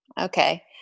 Okay